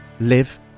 live